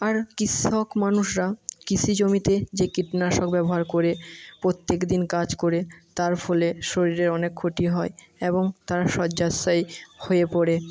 আর কৃষক মানুষরা কৃষি জমিতে যে কীটনাশক ব্যবহার করে প্রত্যেক দিন কাজ করে তার ফলে শরীরের অনেক ক্ষতি হয় এবং তারা শয্যাশায়ী হয়ে পড়ে